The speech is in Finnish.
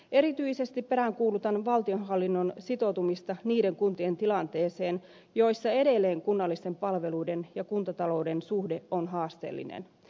erityisesti peräänkuulutan valtionhallinnon sitoutumista niiden kuntien tilanteeseen joissa edelleen kunnallisten palveluiden ja kuntatalouden suhde on haasteellinen